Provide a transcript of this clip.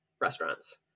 restaurants